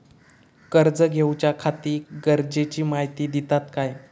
कर्ज घेऊच्याखाती गरजेची माहिती दितात काय?